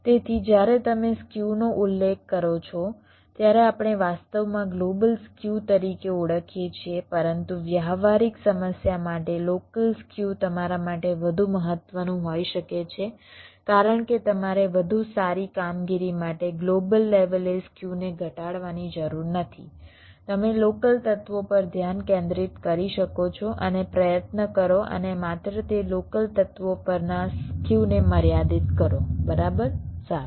તેથી જ્યારે તમે સ્ક્યુનો ઉલ્લેખ કરો છો ત્યારે આપણે વાસ્તવમાં ગ્લોબલ સ્ક્યુ તરીકે ઓળખીએ છીએ પરંતુ વ્યવહારિક સમસ્યા માટે લોકલ સ્ક્યુ તમારા માટે વધુ મહત્વનું હોઈ શકે છે કારણ કે તમારે વધુ સારી કામગીરી માટે ગ્લોબલ લેવલે સ્ક્યુને ઘટાડવાની જરૂર નથી તમે લોકલ તત્વો પર ધ્યાન કેન્દ્રિત કરી શકો છો અને પ્રયત્ન કરો અને માત્ર તે લોકલ તત્વો પરના સ્ક્યુને મર્યાદિત કરો બરાબર સારું